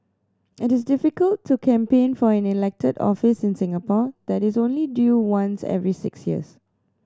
it is difficult to campaign for an elected office in Singapore that is only due once every six years